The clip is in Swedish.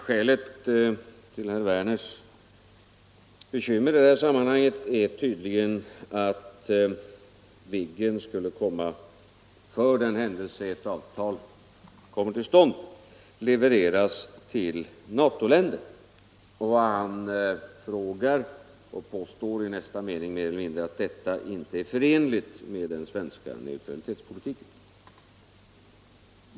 Herr talman! Skälet till herr Werners i Tyresö bekymmer i det här sammanhanget är tydligen att Viggen, för den händelse ett avtal kommer till stånd, skulle komma att levereras till NATO-länder. Han påstår mer eller mindre att detta inte är förenligt med den svenska neutralitetspolitiken.